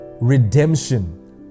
redemption